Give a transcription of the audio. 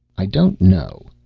i don't know.